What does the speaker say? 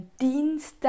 Dienstag